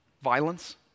violence